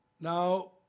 Now